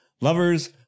lovers